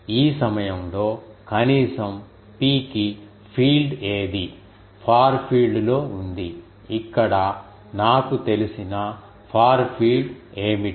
ఈ సమయంలో కనీసం P కి ఫీల్డ్ ఏది పార్ ఫీల్డ్ లో ఉంది ఇక్కడ నాకు తెలిసిన పార్ ఫీల్డ్ ఏమిటి